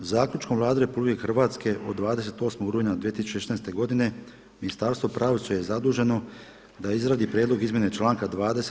Zaključkom Vlade RH od 28. rujna 2014. godine Ministarstvo pravosuđa je zaduženo da izradi prijedlog izmjene članka 20.